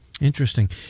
Interesting